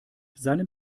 seinem